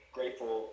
grateful